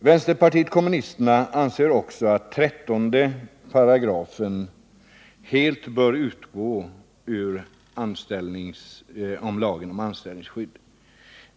Vänsterpartiet kommunisterna anser också att 13 § helt bör utgå ur lagen om anställningsskydd.